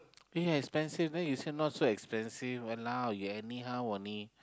yes expensive then you say not so expensive !walao! you anyhow only